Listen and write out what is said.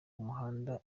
umuhanda